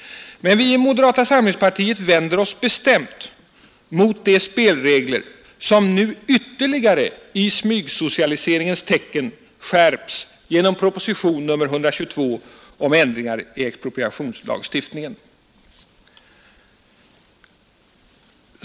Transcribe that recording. Men vi i moderata samlingspartiet vänder oss bestämt mot de spelregler som nu ytterligare i smygsocialiseringens tecken skärps genom propositionen 122 om ändringar i expropriationslagstiftningen.